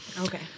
Okay